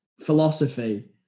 philosophy